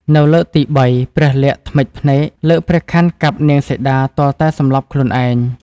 នៅលើទីបីព្រះលក្សណ៍ធ្មេចភ្នែក លើកព្រះខ័នកាប់នាងសីតាទាល់តែសន្លប់ខ្លួនឯង។